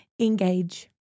engage